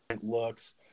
looks